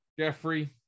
Jeffrey